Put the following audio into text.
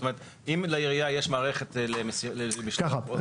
אם לעירייה יש מערכת למשלוח מקוון,